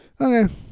Okay